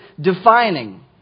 defining